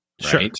Sure